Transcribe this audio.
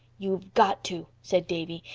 you've got to, said davy.